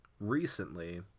recently